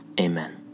Amen